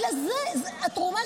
זאת אומרת, נוסעים ומפליגים מהארץ.